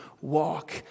walk